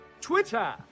Twitter